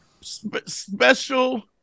special